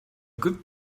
good